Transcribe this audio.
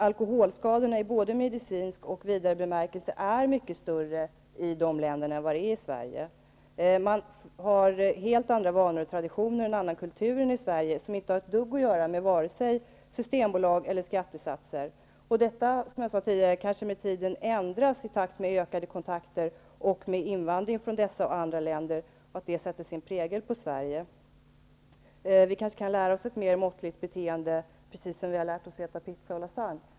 Alkoholskadorna i både medicinsk och vidare bemärkelse är dessutom mycket större i de länderna än de är i Sverige. Man har helt andra vanor och traditioner, en annan kultur än i Sverige. Det har inte ett dugg att göra med vare sig systembolag eller skattesatser. Som jag sade tidigare ändras detta kanske med tiden, i takt med ökade kontakter och med invandringen från dessa och andra länder, som sätter sin prägel på Sverige. Vi kanske kan lära oss ett mer måttligt beteende, precis som vi har lärt oss att äta pizza och lasagne.